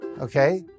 Okay